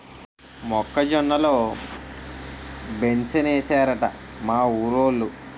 మొక్క జొన్న లో బెంసేనేశారట మా ఊరోలు